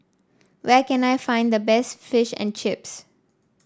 where can I find the best Fish and Chips